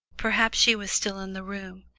perhaps she was still in the room,